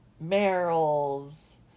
Merrill's